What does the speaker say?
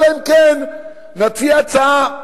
אלא אם כן נציע הצעה,